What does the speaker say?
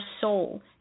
soul